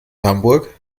hamburg